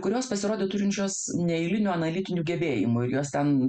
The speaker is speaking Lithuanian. kurios pasirodė turinčios neeilinių analitinių gebėjimų ir jos ten